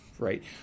Right